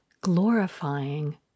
glorifying